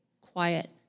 quiet